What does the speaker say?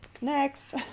Next